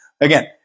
Again